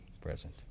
present